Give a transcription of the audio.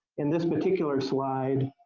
in this particular slide,